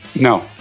No